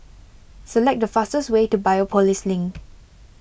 select the fastest way to Biopolis Link